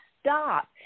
Stop